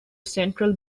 central